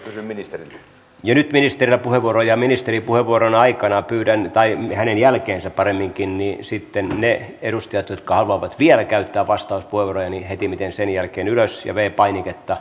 sisäministeri vienyt ministerinä puhevuoroja ministeripuhevuoron aikana nyt ministerillä puheenvuoro ja ministerin puheenvuoron jälkeen sitten ne edustajat jotka haluavat vielä käyttää vastauspuheenvuoroja hetimmiten sen jälkeen ylös ja v painiketta